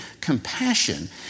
compassion